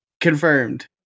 Confirmed